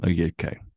Okay